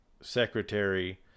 secretary